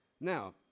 Now